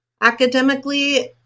academically